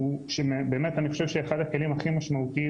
שהוא באמת אני חושב אחד הכלים הכי משמעותיים